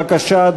בבקשה,